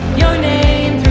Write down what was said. your name.